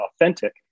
authentic